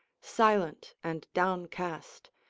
silent and downcast,